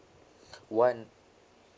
one